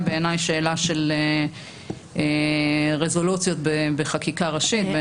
בעיניי היא שאלה של רזולוציות בחקיקה ראשית.